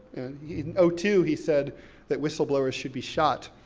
you know oh, too, he said that whistleblowers should be shot.